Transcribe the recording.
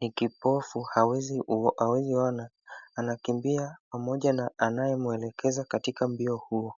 ni kipofu, hawezi ona anakimbia pamoja na anayemwelekeza katika mbio hiyo.